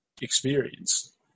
experience